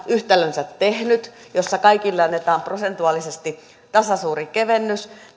yhtälönsä jossa kaikille annetaan prosentuaalisesti tasasuuri kevennys